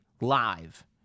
live